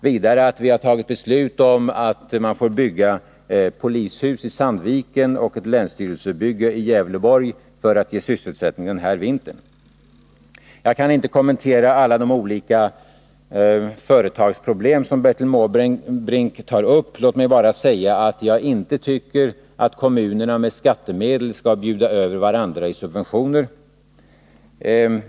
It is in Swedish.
Vidare har vi tagit beslut om att man får bygga polishus i Sandviken och ett länsstyrelsebygge i Gävleborg för att ge sysselsättning den här vintern. Jag kan inte kommentera alla de olika företagsproblem som Bertil Måbrink tar upp. Låt mig bara säga att jag inte tycker att kommunerna med skattemedel skall bjuda över varandra i subventioner.